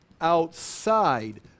outside